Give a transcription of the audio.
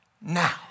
now